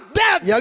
dead